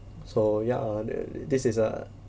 so ya then this is a